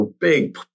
big